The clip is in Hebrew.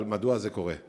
אבל מדוע זה קורה?